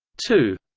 two